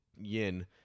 Yin